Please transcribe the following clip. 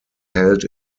held